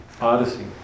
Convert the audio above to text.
Odyssey